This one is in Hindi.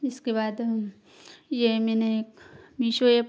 इसके बाद यह मैंने एक मीशो ऐप्प